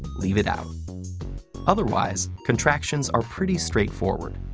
leave it out otherwise, contractions are pretty straightforward.